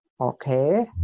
Okay